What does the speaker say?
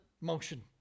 motion